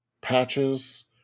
patches